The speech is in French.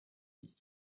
dit